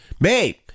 Babe